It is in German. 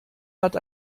hat